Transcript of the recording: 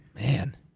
Man